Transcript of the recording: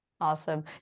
awesome